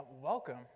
welcome